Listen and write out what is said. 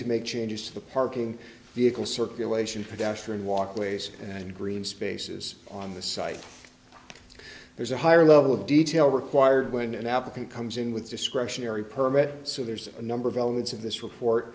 to make changes to the parking vehicle circulation pedestrian walkway and green spaces on the site there's a higher level of detail required when an applicant comes in with discretionary permit so there's a number of elements of this report